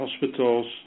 hospitals